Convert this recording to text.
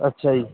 ਅੱਛਾ ਜੀ